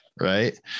right